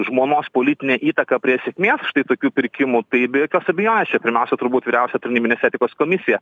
žmonos politine įtaka prie sėkmės štai tokių pirkimų tai be jokios abejonės čia pirmiausia turbūt vyriausia tarnybinės etikos komisija